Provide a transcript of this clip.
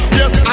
yes